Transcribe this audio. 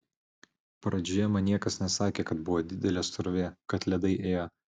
pradžioje man niekas nesakė kad buvo didelė srovė kad ledai ėjo